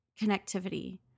connectivity